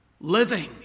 Living